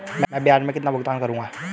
मैं ब्याज में कितना भुगतान करूंगा?